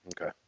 okay